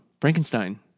Frankenstein